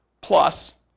Plus